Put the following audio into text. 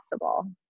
possible